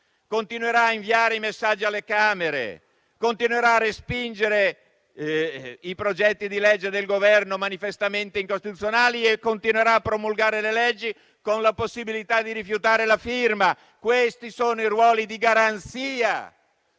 continuerà a inviare i messaggi alle Camere; continuerà a respingere i progetti di legge del Governo manifestamente incostituzionali e continuerà a promulgare le leggi con la possibilità di rifiutare la firma. Questi sono i ruoli di garanzia